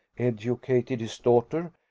educated his daughter,